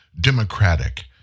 democratic